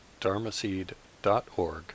dharmaseed.org